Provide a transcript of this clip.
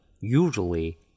Usually